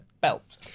belt